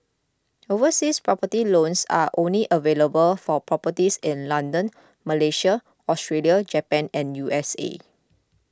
overseas property loans are only available for properties in London Malaysia Australia Japan and U S A